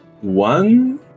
one